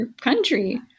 country